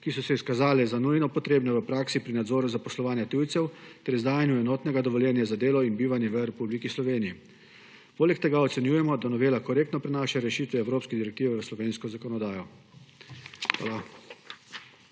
ki so se izkazale za nujno potrebne v praksi pri nadzoru zaposlovanja tujcev ter izdajanju enotnega dovoljenja za delo in bivanje v Republiki Sloveniji. Poleg tega ocenjujemo, da novela korektno prinaša rešitve Evropske direktive v slovensko zakonodajo. Hvala.